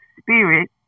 spirit